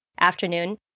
afternoon